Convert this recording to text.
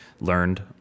learned